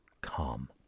Calm